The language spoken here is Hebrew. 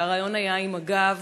והריאיון היה עם הגב,